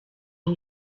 aho